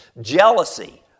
Jealousy